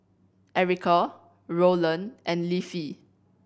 Erica Rowland and Leafy